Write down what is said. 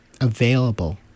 available